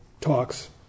talks